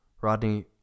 Rodney